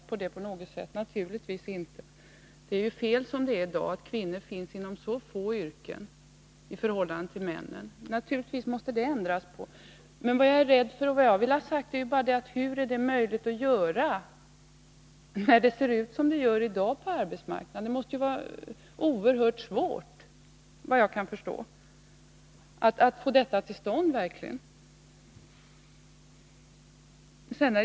Det är fel som det är i dag att kvinnor finns inom så få yrken förhållande till männen. Naturligtvis måste detta ändras. Men vad jag vill ha sagt är bara: Hur är det möjligt att åstadkomma en sådan förändring när det ser ut som det gör i dag på arbetsmarknaden? Det måste vara oerhört svårt att få till stånd en ändring.